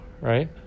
right